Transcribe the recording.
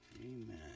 amen